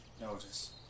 notice